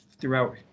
throughout